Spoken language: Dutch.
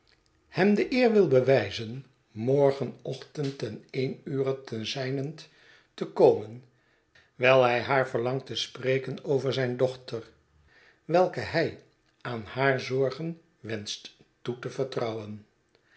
hem de eer wil beschetsen van boz wijzen morgen ochtend ten een ure ten zijnent te komen wijl hij haar verlangt te spreken over zijn dochter welke hij aan haar zorgen wenscht toe te vertrouwen